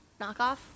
Knockoff